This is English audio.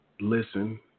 listen